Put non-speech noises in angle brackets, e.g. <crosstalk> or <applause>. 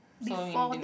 so in <noise>